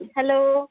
hello